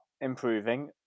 improving